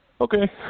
Okay